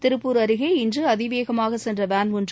திருப்பூர் அருகே இன்றுஅதிவேகமாகசென்றவேள் ஒன்று